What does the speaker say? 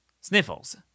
Sniffles